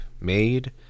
made